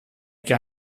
che